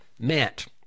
meant